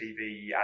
TV